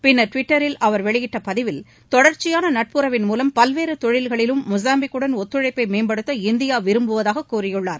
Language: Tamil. பின்னர் டுவிட்டரில் அவர் வெளியிட்ட பதிவில் தொடர்ச்சியான நட்புறவின் மூலம் பல்வேறு தொழில்களிலும் மொசாம்பிக்குடன் ஒத்துழைப்பை மேம்படுத்த இந்தியா விரும்புவதாக கூறியுள்ளார்